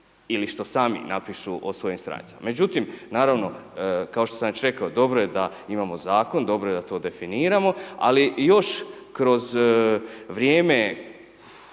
ili što sami napišu o svojim stranicama. Međutim, naravno kao što sam već rekao, dobro je da imamo zakon, dobro je da to definiramo ali još kroz vrijeme